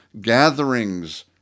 Gatherings